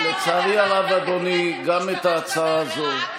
לצערי הרב, אדוני, גם את ההצעה הזאת,